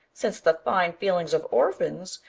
since the fine feelings of orphans,